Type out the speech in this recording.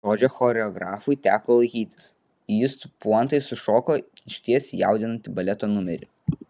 žodžio choreografui teko laikytis jis su puantais sušoko išties jaudinantį baleto numerį